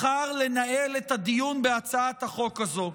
בחר לנהל את הדיון בהצעת החוק הזו.